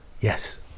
Yes